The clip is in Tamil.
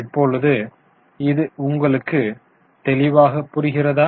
இப்பொழுது இது உங்களுக்கு தெளிவாக புரிகிறதா